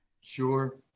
Sure